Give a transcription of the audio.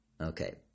Okay